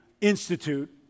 institute